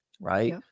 right